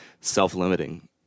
self-limiting